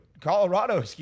Colorado